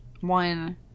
one